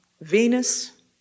Venus